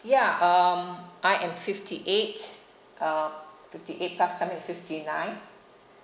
ya um I am fifty eight uh fifty eight plus coming to fifty nine